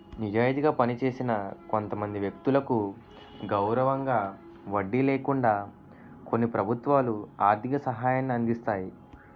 నిజాయితీగా పనిచేసిన కొంతమంది వ్యక్తులకు గౌరవంగా వడ్డీ లేకుండా కొన్ని ప్రభుత్వాలు ఆర్థిక సహాయాన్ని అందిస్తాయి